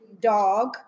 dog